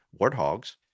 warthogs